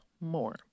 more